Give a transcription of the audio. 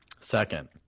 second